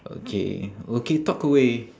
okay okay talk away